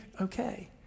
okay